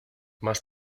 más